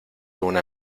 una